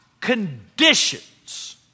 conditions